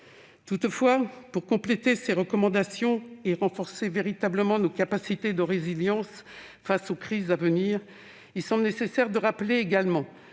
Toutefois, pour compléter ces recommandations et renforcer véritablement nos capacités de résilience face aux crises à venir, il semble nécessaire de rappeler également